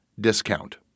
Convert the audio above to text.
discount